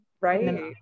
right